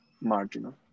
marginal